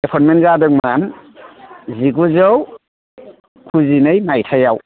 एफ'इनटमेन्थ जादोंमोन जिगुजौ गुजिनै मायथायाव